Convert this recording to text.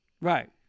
Right